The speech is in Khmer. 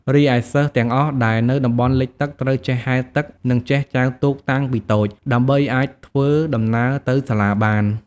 រីឯ សិស្សទាំងអស់ដែលនៅតំបន់លិចទឹក ត្រូវចេះហែលទឹក និងចេះចែវទូកតាំងពីតូច ដើម្បីអាចធ្វើដំណើរទៅសាលាបាន។